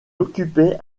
occupait